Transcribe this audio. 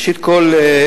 ראשית כול,